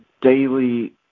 daily